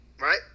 right